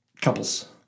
Couples